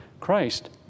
Christ